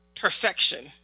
perfection